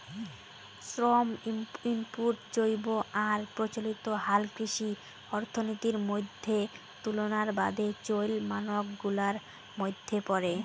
শ্রম ইনপুট জৈব আর প্রচলিত হালকৃষি অর্থনীতির মইধ্যে তুলনার বাদে চইল মানক গুলার মইধ্যে পরে